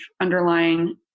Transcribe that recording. underlying